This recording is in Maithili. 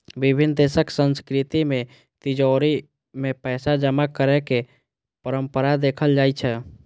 विभिन्न देशक संस्कृति मे तिजौरी मे पैसा जमा करै के परंपरा देखल जाइ छै